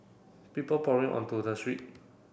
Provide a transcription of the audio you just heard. people pouring onto the street